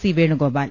C Venugopal